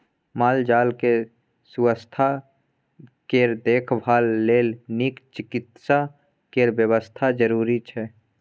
माल जाल केँ सुआस्थ केर देखभाल लेल नीक चिकित्सा केर बेबस्था जरुरी छै